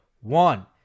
one